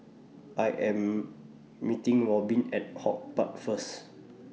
I Am meeting Robin At HortPark First